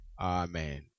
Amen